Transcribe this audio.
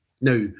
now